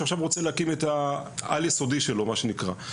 שעכשיו רוצה להקים את העל-יסודי שלו מה שנקרא.